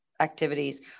activities